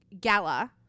gala